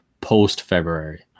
post-February